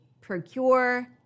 procure